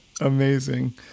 Amazing